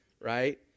Right